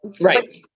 right